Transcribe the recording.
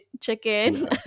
chicken